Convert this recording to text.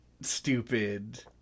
stupid